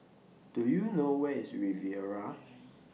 Do YOU know Where IS Riviera